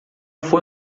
foi